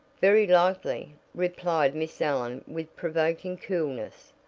very likely, replied miss allen with provoking coolness.